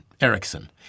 Erickson